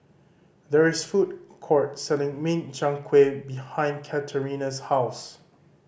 there is a food court selling Min Chiang Kueh behind Katerina's house